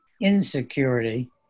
insecurity